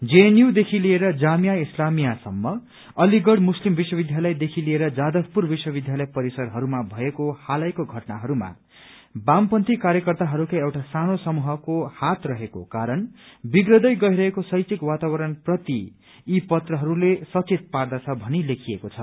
जेएनयूदेखि लिएर जामिया इस्लामियासम्म अलिगढ़ मुस्लिम विश्वविद्यालयदेखि लिएर जाथवपुर विश्वविद्यालय परिसरहरूमा भएको हालैको घटनाहरूमा वामपन्थी कार्यकर्ताहरूका एउटा सानो समूहको ह्यत रहेको कारण विग्रन्दै गइरहेको शैक्षिक वातावरण प्रति यी पत्रहरूले सचेत पार्दछ भनी लेखिएको छ